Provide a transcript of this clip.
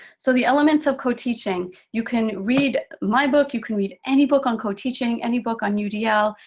so the elements of co-teaching. you can read my book, you can read any book on co-teaching, any book on udl,